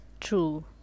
True